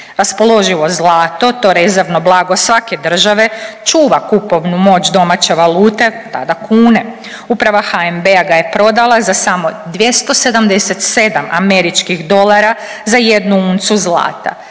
Raspoloživo zlato, to rezervno blago svake države, čuva kupovnu moć domaće valute, tada kune. Uprava HNB-a ga je prodala za samo 277 američkih dolara za jednu uncu zlata,